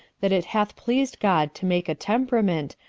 that it hath pleased god to make a temperament,